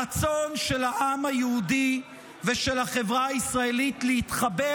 הרצון של העם היהודי ושל החברה הישראלית להתחבר